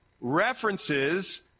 references